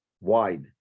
wide